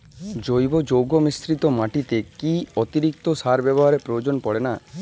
জৈব যৌগ মিশ্রিত মাটিতে কি অতিরিক্ত সার ব্যবহারের প্রয়োজন পড়ে না?